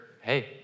hey